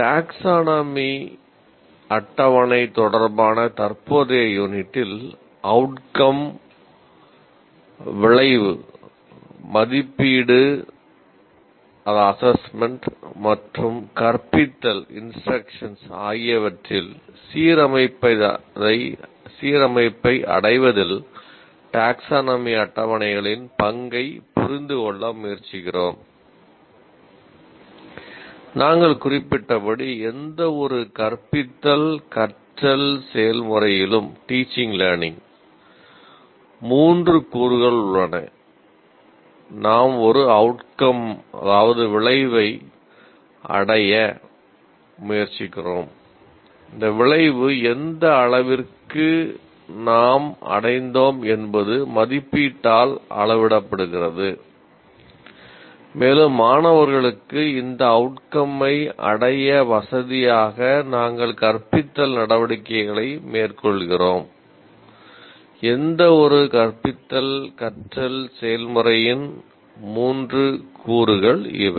taxonomy மூன்று கூறுகள் இவை